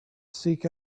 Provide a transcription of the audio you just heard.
seek